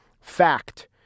Fact